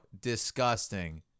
Disgusting